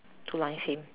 two lines same